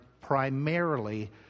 primarily